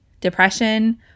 depression